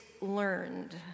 learned